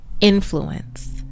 influence